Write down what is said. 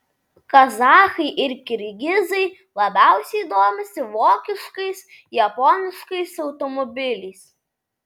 kazachai ir kirgizai labiausiai domisi vokiškais japoniškais automobiliais